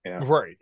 right